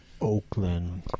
Oakland